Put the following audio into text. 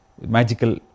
magical